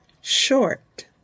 short